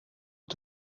het